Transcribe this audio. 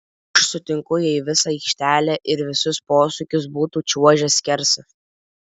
aš sutinku jei visą aikštelę ir visus posūkius būtų čiuožęs skersas